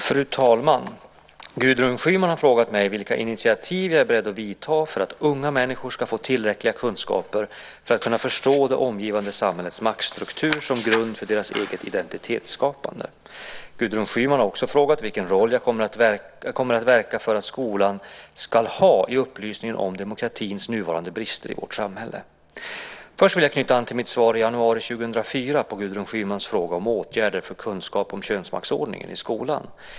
Fru talman! Gudrun Schyman har frågat mig vilka initiativ jag är beredd att vidta för att unga människor ska få tillräckliga kunskaper för att kunna förstå det omgivande samhällets maktstrukturer som grund för deras eget identitetsskapande. Gudrun Schyman har också frågat vilken roll jag kommer att verka för att skolan ska ha i upplysningen om demokratins nuvarande brister i vårt samhälle. Först vill jag knyta an till mitt svar i januari 2004 på Gudrun Schymans fråga om åtgärder för kunskap om könsmaktsordningen i skolan.